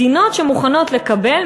מדינות שמוכנות לקבל,